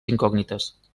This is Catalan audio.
incògnites